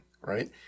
right